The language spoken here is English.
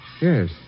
Yes